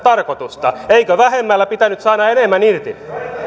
tarkoitustaan eikö vähemmällä pitänyt saada enemmän irti